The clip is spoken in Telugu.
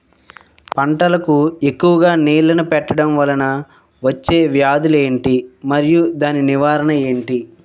పంటలకు ఎక్కువుగా నీళ్లను పెట్టడం వలన వచ్చే వ్యాధులు ఏంటి? మరియు దాని నివారణ ఏంటి?